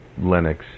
Linux